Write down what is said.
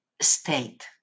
state